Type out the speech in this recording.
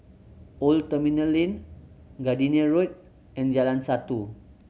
Old Terminal Lane Gardenia Road and Jalan Satu